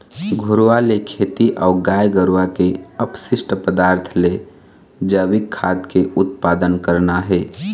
घुरूवा ले खेती अऊ गाय गरुवा के अपसिस्ट पदार्थ ले जइविक खाद के उत्पादन करना हे